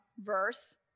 verse